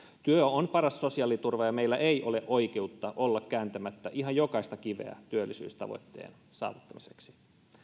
työ on paras sosiaaliturva ja meillä ei ole oikeutta olla kääntämättä ihan jokaista kiveä työllisyystavoitteen saattamiseksi